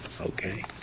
okay